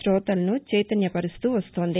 శోతలను చైతన్యపరుస్తూ వస్తోంది